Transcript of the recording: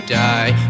die